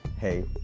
hey